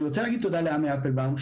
אני רוצה לומר תודה לעמי אפלבום,